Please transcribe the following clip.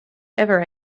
ever